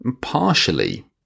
Partially